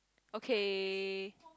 okay